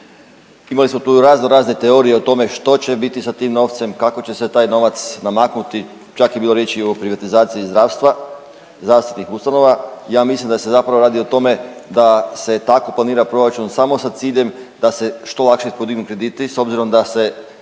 Imali smo tu razno razne teorije o tome što će biti sa tim novcem, kako će se taj novac namaknuti čak je bilo riječi i o privatizaciji zdravstva, zdravstvenih ustanova. Ja mislim da se zapravo radi o tome da se tako planira proračun samo sa ciljem da se što lakše podignu krediti s obzirom da se